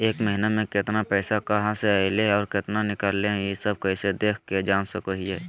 एक महीना में केतना पैसा कहा से अयले है और केतना निकले हैं, ई सब कैसे देख जान सको हियय?